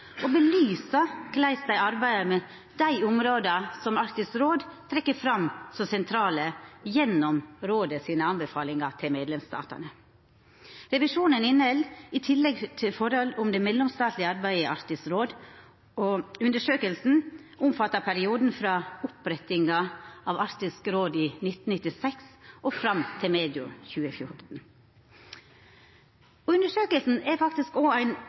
belysa korleis dei arbeider med dei områda som Arktisk råd trekkjer fram som sentrale, gjennom rådet sine anbefalingar til medlemsstatane. Revisjonen inneheld i tillegg forhold om det mellomstatlege arbeidet i Arktisk råd. Undersøkinga omfattar perioden frå opprettinga av Arktisk råd i 1996 og fram til medio 2014. Undersøkinga er faktisk òg ein